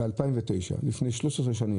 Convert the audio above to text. ב-2009, לפני 13 שנים.